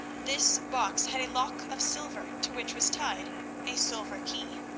this box had a lock of silver, to which was tied a silver key.